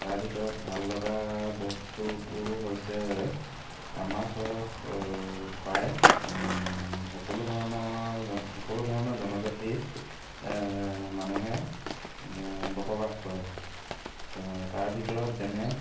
তাৰ ভিতৰত ভাললগা বস্তুটো হৈছে আমাৰ চহৰত প্ৰায় সকলো ধৰণৰ সকলো ধৰণৰ জনজাতিৰ মানুহে বসবাস কৰে তাৰ ভিতৰত যেনে